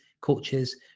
coaches